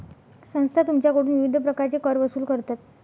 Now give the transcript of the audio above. संस्था तुमच्याकडून विविध प्रकारचे कर वसूल करतात